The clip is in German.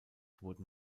wurden